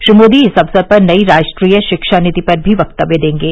श्री मोदी इस अवसर पर नई राष्ट्रीय शिक्षा नीति पर भी वक्तव्य देंगे